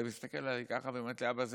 היא מסתכלת עליי ככה ואומרת לי: אבא,